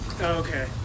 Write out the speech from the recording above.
Okay